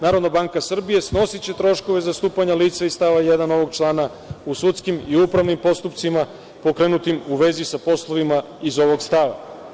Narodna banka Srbije snosiće troškove zastupanja lica iz stava 1. ovog člana u sudskim i upravnim postupcima pokrenutim u vezi sa poslovima iz ovog stava.